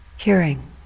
Hearing